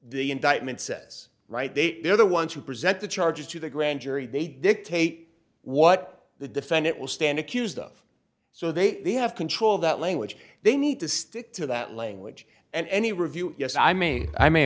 the indictment says right date they're the ones who present the charges to the grand jury they dictate what the defendant will stand accused of so they have control of that language they need to stick to that language and any review yes i mean i may